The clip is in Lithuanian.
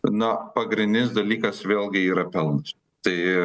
na pagrindinis dalykas vėlgi yra pelnas tai